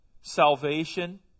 salvation